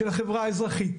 של החברה האזרחית,